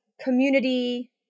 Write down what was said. community